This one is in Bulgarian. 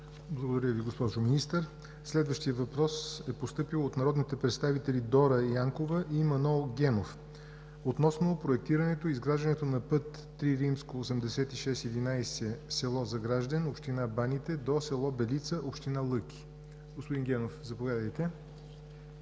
Благодаря Ви, госпожо Министър. Следващият въпрос е постъпил от народните представители Дора Янкова и Манол Генов относно проектирането и изграждането на път III-8611 село Загражден, община Баните, до село Белица, община Лъки. Господин Генов, заповядайте.